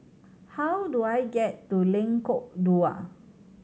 how do I get to Lengkok Dua